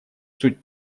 суть